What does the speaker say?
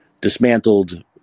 dismantled